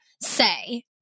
say